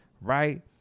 right